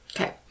Okay